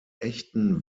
echten